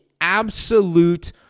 absolute